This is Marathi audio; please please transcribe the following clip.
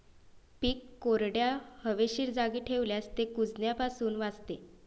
पीक कोरड्या, हवेशीर जागी ठेवल्यास ते कुजण्यापासून वाचते